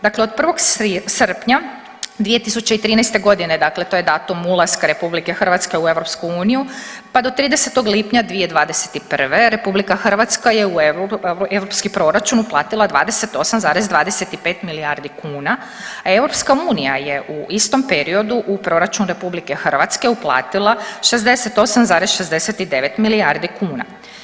Dakle od 1. srpnja 2013. g., dakle to je datum ulaska RH u EU pa do 30. lipnja 2021., RH je europski proračun uplatila 28,25 milijardi kuna, a EU je u istom periodu u proračun RH uplatila 68,69 milijardi kuna.